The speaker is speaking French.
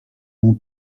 mon